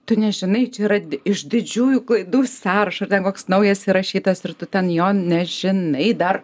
tu nežinai čia yra iš didžiųjų klaidų sąraš ar ten koks naujas įrašytas ir tu ten jo nežinai dar